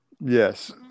Yes